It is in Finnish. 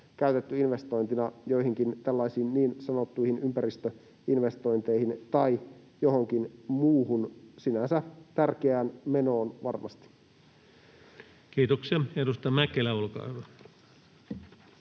käytetty investointina joihinkin tällaisiin niin sanottuihin ympäristöinvestointeihin tai johonkin muuhun, sinänsä tärkeään menoon varmasti. Kiitoksia. — Edustaja Mäkelä, olkaa hyvä.